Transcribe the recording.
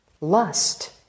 lust